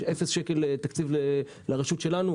אפס שקל תקציב לרשות שלנו.